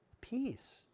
peace